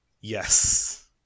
Yes